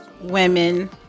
women